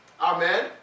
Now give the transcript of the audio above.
Amen